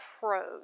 froze